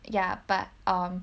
ya but um